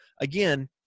again